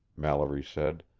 mallory said.